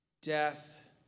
death